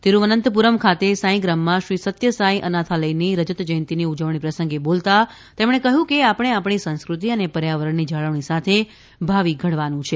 તિરૂવનંતપુરમ ખાતે સાંઇ ગ્રામમાં શ્રી સત્ય સાંઇ અનાથાલયની રજત જયંતિનિ ઉજવણી પ્રસંગે બોલતાં તેમણે કહ્યું કે આપણે આપણી સંસ્કૃતિ અને પર્યાવરણની જાળવણી સાથે ભાવિ ઘડવાનું છે